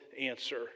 answer